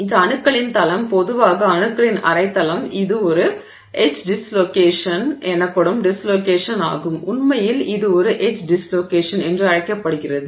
இது அணுக்களின் தளம் பொதுவாக அணுக்களின் அரை தளம் இது ஒரு எட்ஜ் டிஸ்லோகேஷன் எனப்படும் டிஸ்லோகேஷன் ஆகும் உண்மையில் இது ஒரு எட்ஜ் டிஸ்லோகேஷன் என்று அழைக்கப்படுகிறது